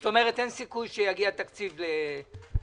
זאת אומרת, אין סיכוי שיגיע תקציב לכנסת.